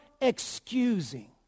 excusing